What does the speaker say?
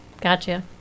Gotcha